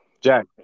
Jack